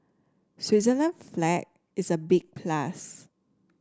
Switzerland flag is a big plus